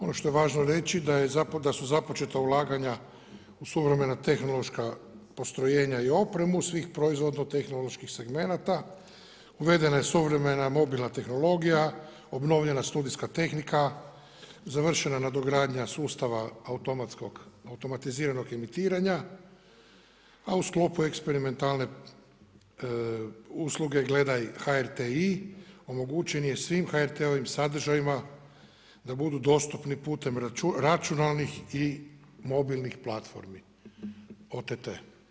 Ono što je važno reći, da su započeta ulaganja u suvremena tehnološka postrojenja i opremu svih proizvodno tehnoloških segmenata, uvedena je suvremena mobilna tehnologija, obnovljena studijska tehnika, završena nadogradnja sustava automatskog, automatiziranog emitiranja, a u sklopu eksperimentalne usluge gleda i HRTi omogućeni je svim HRT-ovim sadržajima da budu dostupni putem računalnih i mobilnih platformi, OTT.